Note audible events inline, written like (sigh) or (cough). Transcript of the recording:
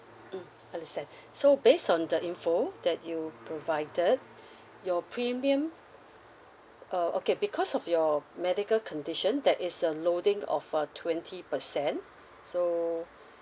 mm understand (breath) so based on the info that you provided (breath) your premium uh okay because of your medical condition that is a loading of a twenty percent so